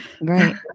right